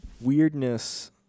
weirdness